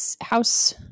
House